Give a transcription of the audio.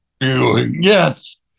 Yes